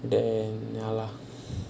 then ya lah